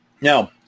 Now